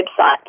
website